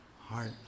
heart